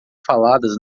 faladas